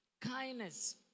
kindness